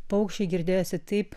paukščiai girdėjosi taip